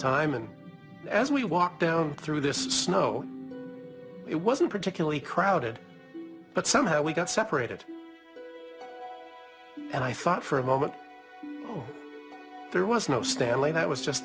time and as we walked down through this snow it wasn't particularly crowded but somehow we got separated and i thought for a moment there was no stanley that was just